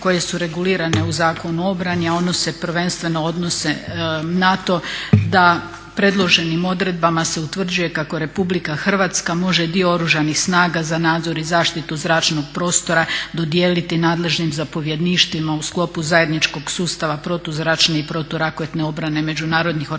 koje su regulirane u Zakonu o obrani, a one se prvenstveno odnose na to da predloženim odredbama se utvrđuje kako RH može dio oružanih snaga za nadzor i zaštitu zračnog prostora dodijeliti nadležnim zapovjedništvima u sklopu zajedničkog sustava protuzračne i proturaketne obrane međunarodnih organizacija